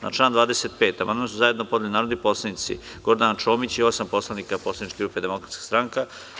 Na član 25. amandman su zajedno podneli narodni poslanici Gordana Čomić i osam poslanika Poslaničke grupe Demokratska stranka.